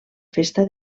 festa